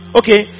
okay